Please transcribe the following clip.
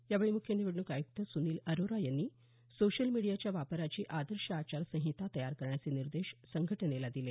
यावेळी मुख्य निवडणूक आयुक्त सुनील अरोरा यांनी सोशल मिडियाच्या वापराची आदर्श आचार संहिता तयार करण्याचे निर्देश संघटनेला दिले